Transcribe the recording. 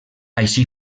així